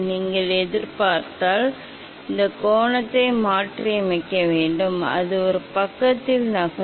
நான் சம்பவ கோணத்தை மாற்றினால் அது ஒரே பக்கத்தில் நகரும்